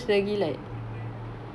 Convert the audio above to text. then it's like one point five